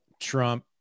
trump